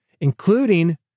including